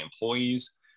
employees